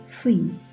free